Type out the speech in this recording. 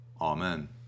Amen